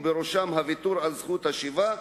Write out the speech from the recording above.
ובראשם הוויתור על זכות השיבה,